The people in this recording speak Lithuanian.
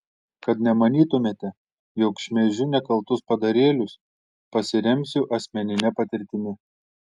kad nemanytumėte jog šmeižiu nekaltus padarėlius pasiremsiu asmenine patirtimi